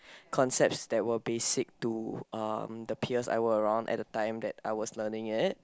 concepts that were basic to um the peers I were around at the time when I was learning it